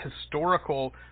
historical